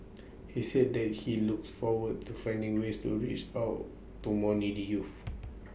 he said that he looks forward to finding ways to reach out to more needy youths